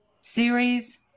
series